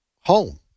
home